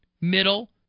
middle